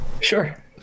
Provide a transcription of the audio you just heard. Sure